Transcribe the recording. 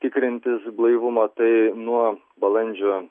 tikrintis blaivumą tai nuo balandžio